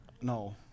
No